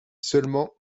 seulement